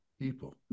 people